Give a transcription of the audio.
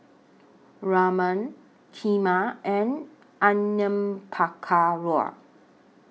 Ramen Kheema and Onion Pakora